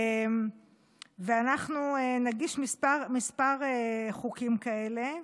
ואנחנו נגיש כמה חוקים כאלה.